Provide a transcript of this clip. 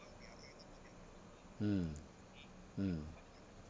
mm mm